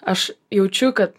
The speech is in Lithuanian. aš jaučiu kad